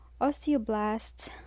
osteoblasts